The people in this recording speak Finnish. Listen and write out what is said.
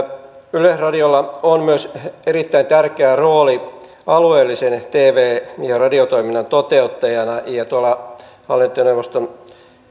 yleisradiolla on myös erittäin tärkeä rooli alueellisen tv ja radiotoiminnan toteuttajana ja tuolla hallintoneuvoston